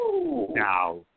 Now